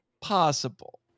possible